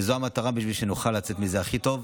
וזו המטרה, בשביל שנוכל לצאת מזה הכי טוב.